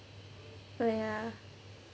oh ya